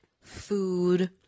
food